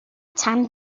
tan